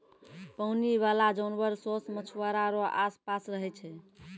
पानी बाला जानवर सोस मछुआरा रो आस पास रहै छै